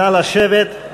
נא לשבת.